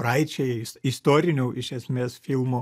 praeičiai is istorinių iš esmės filmų